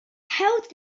health